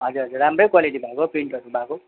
हजुर हजुर राम्रो क्वालिटी भएको प्रिन्टहरू भएको